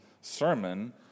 sermon